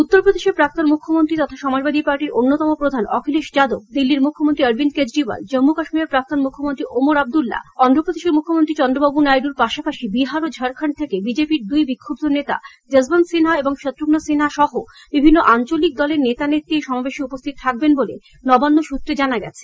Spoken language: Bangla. উত্তর প্রদেশের প্রাক্তন মুখ্যমন্ত্রী তথা সমাজবাদী পার্টির অন্যতম প্রধান অখিলেশ যাদব দিল্লির মুখ্যমন্ত্রী অরবিন্দ কেজরিওয়াল জম্মু কাশ্মীরের প্রাক্তন মুখ্যমন্ত্রী ওমর আব্দুল্লা অক্ধপ্রদেশের মুখ্যমন্ত্রী চন্দ্রবাবু নাইডুর পাশাপাশি বিহার ও ঝাড়খণ্ড থেকে বিজেপির দুই বিক্ষুব্ধ নেতা যশবন্ত সিনহা এবং শক্রঘ্ন সিনহা সহ বিভিন্ন আঞ্চলিক দলের নেতা নেত্রী এই সমাবেশে উপস্থিত থাকবেন বলে নবান্ন সুত্রে জানা গেছে